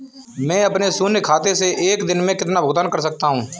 मैं अपने शून्य खाते से एक दिन में कितना भुगतान कर सकता हूँ?